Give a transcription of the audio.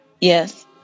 Yes